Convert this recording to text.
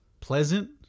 pleasant